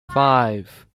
five